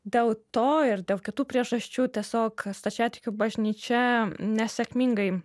dėl to ir dėl kitų priežasčių tiesiog stačiatikių bažnyčia nesėkmingai